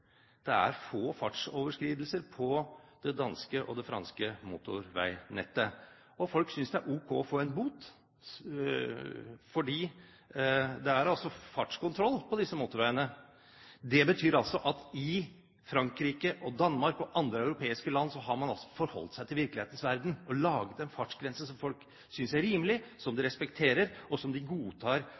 Det er få fartsoverskridelser på det danske og det franske motorveinettet. Og folk synes det er ok å få en bot. For det er altså fartskontroll på disse motorveiene. Det betyr at i Frankrike og i Danmark og i andre europeiske land har man altså forholdt seg til virkelighetens verden, og laget en fartsgrense som folk synes er rimelig, som de respekterer, og som de godtar